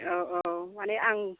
औ औ माने आं